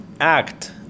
act